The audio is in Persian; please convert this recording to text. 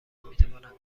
نمیتواند